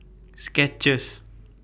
Skechers